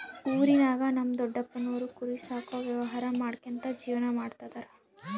ಊರಿನಾಗ ನಮ್ ದೊಡಪ್ಪನೋರು ಕುರಿ ಸಾಕೋ ವ್ಯವಹಾರ ಮಾಡ್ಕ್ಯಂತ ಜೀವನ ಮಾಡ್ತದರ